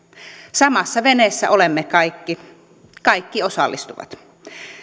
samassa veneessä olemme kaikki kaikki osallistuvat